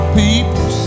people